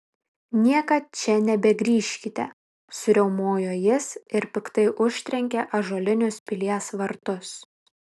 niekad čia nebegrįžkite suriaumojo jis ir piktai užtrenkė ąžuolinius pilies vartus